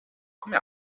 come